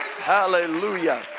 hallelujah